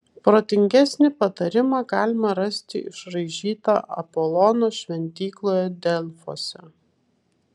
protingesnį patarimą galima rasti išraižytą apolono šventykloje delfuose